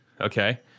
okay